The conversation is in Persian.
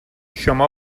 شما